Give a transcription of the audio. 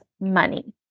money